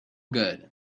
good